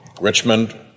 Richmond